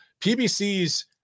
PBC's